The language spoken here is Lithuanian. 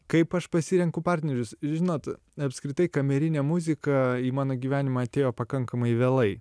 kaip aš pasirenku partnerius žinot apskritai kamerinė muzika į mano gyvenimą atėjo pakankamai vėlai